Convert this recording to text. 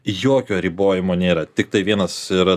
jokio ribojimo nėra tiktai vienas yra